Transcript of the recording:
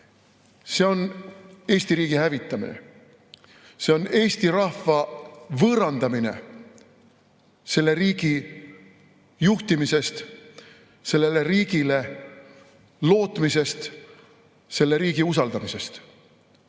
See on Eesti riigi hävitamine. See on Eesti rahva võõrandamine selle riigi juhtimisest, sellele riigile lootmisest, selle riigi usaldamisest.